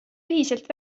ühiselt